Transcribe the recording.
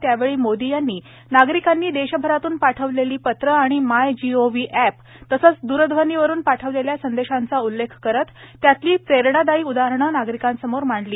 यावेळी मोदी यांनी नागरिकांनी देशभरातून पाठवलेली पत्रे आणि माय जीओव्ही अॅप तसंच दूरध्वनीवरून पाठवलेल्या संदेशांचा उल्लेख करत त्यातली प्रेरणादायी उदाहरणं नागरिकांसमोर मांडली